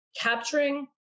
capturing